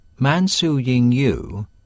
mansuyingyu